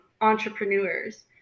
entrepreneurs